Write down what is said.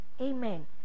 Amen